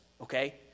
okay